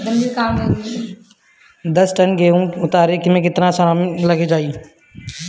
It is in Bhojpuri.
दस टन गेहूं उतारे में केतना श्रमिक लग जाई?